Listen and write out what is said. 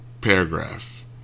paragraph